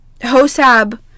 Hosab